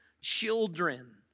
Children